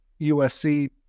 USC